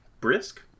brisk